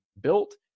built